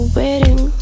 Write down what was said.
waiting